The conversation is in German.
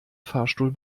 fahrstuhl